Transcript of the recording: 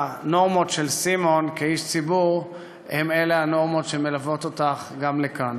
והנורמות של סימון כאיש ציבור הן הנורמות שמלוות אותך גם לכאן.